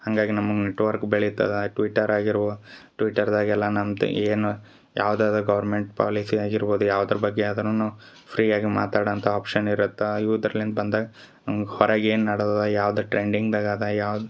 ಹಾಗಾಗಿ ನಮಗೆ ನೆಟ್ವರ್ಕ್ ಬೆಳಿತದ ಟ್ವಿಟರ್ ಆಗಿರ್ಬೋದು ಟ್ವಿಟರ್ದಾಗ ಎಲ್ಲ ನಮ್ಮದೆ ಏನು ಯಾವ್ದದ ಗೌರ್ಮೆಂಟ್ ಪಾಲಿಸಿ ಆಗಿರ್ಬೋದ್ ಯಾವ್ದ್ರ ಬಗ್ಗೆ ಆದರೂನು ಫ್ರೀ ಆಗಿ ಮಾತಾಡಂಥ ಆಫ್ಷನ್ ಇರತ್ತಾ ಇವ್ದ್ರಲಿಂದ ಬಂದಾಗ ನಮಗೆ ಹೊರಗೆ ಏನು ನಡ್ದದ ಯಾವುದು ಟ್ರೆಂಡಿಂಗ್ದಾಗಿ ಅದು ಯಾವ್ದು